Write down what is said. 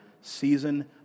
season